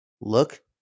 Look